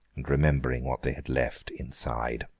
and remembering what they had left inside.